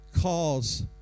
cause